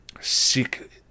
seek